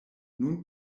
nun